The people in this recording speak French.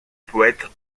poète